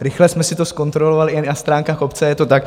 Rychle jsme si to zkontrolovali i na stránkách obce a je to tak.